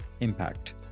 impact